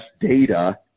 data